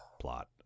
plot